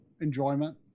enjoyment